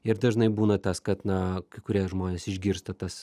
ir dažnai būna tas kad na kai kurie žmonės išgirsta tas